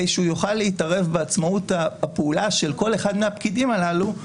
שהוא יוכל להתערב בפעולה של כל אחד מהפקידים הללו,